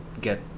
get